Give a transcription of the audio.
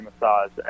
massage